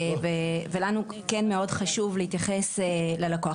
ולנו כן מאוד חשוב להתייחס ללקוח.